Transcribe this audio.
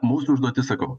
mūsų užduotis sakau